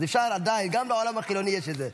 אז אפשר עדיין, גם בעולם החילוני יש את זה.